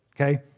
okay